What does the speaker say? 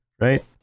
right